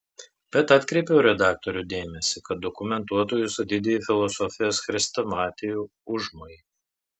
bet atkreipiau redaktorių dėmesį kad dokumentuotų jūsų didįjį filosofijos chrestomatijų užmojį